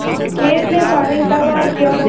खेत में पानी कब और क्यों दें?